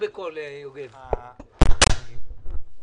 יוגב גרדוס, סגן הממונה על התקציבים.